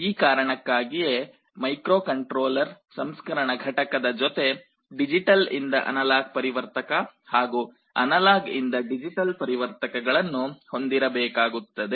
ಈ ಕಾರಣಕ್ಕಾಗಿಯೇ ಮೈಕ್ರೋಕಂಟ್ರೋಲ್ಲರ್ ಸಂಸ್ಕರಣ ಘಟಕದ ಜೊತೆ ಡಿಜಿಟಲ್ ಇಂದ ಅನಲಾಗ್ ಪರಿವರ್ತಕ ಹಾಗೂ ಅನಲಾಗ್ ಇಂದ ಡಿಜಿಟಲ್ ಪರಿವರ್ತಕಗಳನ್ನು ಹೊಂದಿರಬೇಕಾಗುತ್ತದೆ